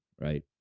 right